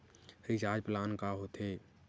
Recharge plan का होथे?